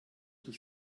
zur